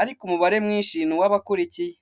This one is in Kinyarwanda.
ariko umubare mwinshi ni uw'abakurikiye.